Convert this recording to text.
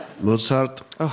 Mozart